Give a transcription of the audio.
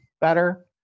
better